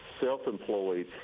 self-employed